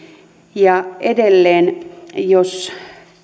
edelleen jos